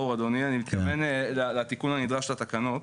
ברור, אדוני, אני מתכוון לתיקון הנדרש לתקנות.